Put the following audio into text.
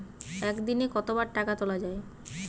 একদিনে কতবার টাকা তোলা য়ায়?